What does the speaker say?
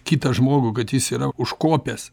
kitą žmogų kad jis yra užkopęs